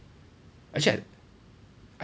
actually I